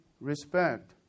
respect